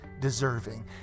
deserving